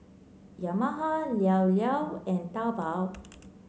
Yamaha Llao Llao and Taobao